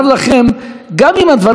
גם אם הדברים נוגדים את דעתכם.